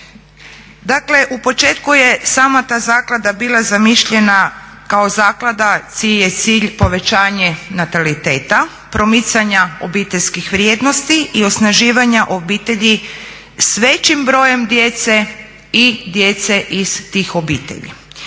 Dakle u početku je sama ta zaklada bila zamišljena kao zaklada čiji je cilj povećanje nataliteta, promicanja obiteljskih vrijednosti i osnaživanja obitelji s većim broje djece i djece iz tih obitelji.